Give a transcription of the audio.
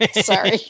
sorry